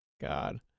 God